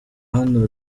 hano